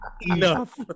Enough